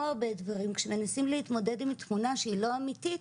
הרבה דברים כשמנסים להתמודד עם תמונה שהיא לא אמיתית,